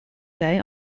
day